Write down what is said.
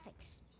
graphics